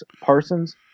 Parsons